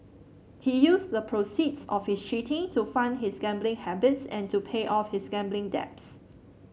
he used the proceeds of his cheating to fund his gambling habits and to pay off his gambling debts